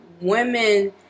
women